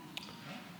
קצת.